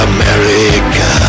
America